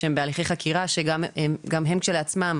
שהם בהליכי חקירה שגם הם כשלעצמם,